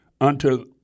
unto